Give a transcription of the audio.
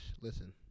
Listen